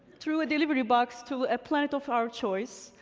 through a delivery box to a planet of our choice,